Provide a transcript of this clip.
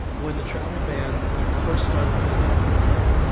when the travel ban first started being talked about,